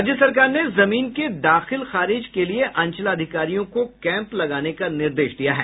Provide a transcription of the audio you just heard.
राज्य सरकार ने जमीन के दाखिल खारिज के लिए अंचलाधिकारियों को कैंप लगाने का निर्देश दिया है